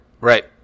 Right